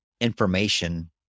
information